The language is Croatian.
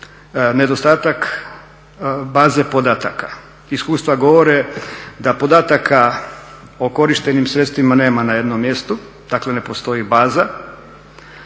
nedostatak baze podataka. Iskustva govore da podataka o korištenim sredstvima nema na jednom mjestu, dakle ne postoji baza,